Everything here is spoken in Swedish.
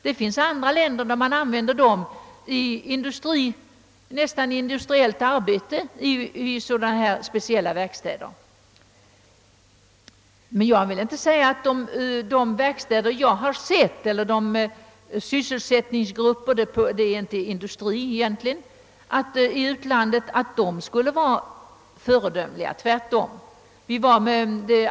Det finns andra länder, där de användes nästan för industriellt arbete i sådana här speciella verkstäder. Jag vill emellertid inte säga att de verkstäder eller de sysselsättningsgrupper som jag har sett i utlandet skulle vara föredömligt ordnade, tvärtom.